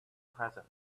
present